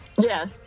yes